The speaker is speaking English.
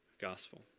gospel